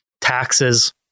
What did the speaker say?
taxes